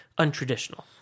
untraditional